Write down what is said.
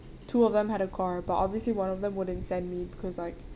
two of them had a car but obviously one of them wouldn't send me because like